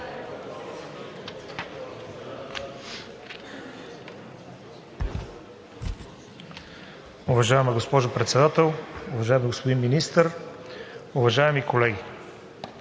Уважаема госпожо Председател, уважаеми господин Министър, уважаеми колеги!